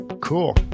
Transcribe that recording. cool